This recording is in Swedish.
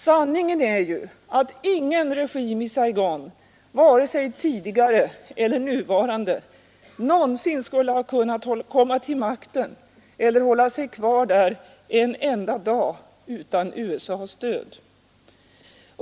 Sanningen är ju att ingen regim i Saigon, varken den tidigare eller den nuvarande, någonsin skulle ha kunnat komma till makten eller hålla sig kvar en enda dag utan USA:s stöd.